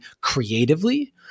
creatively